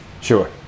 sure